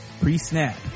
pre-snap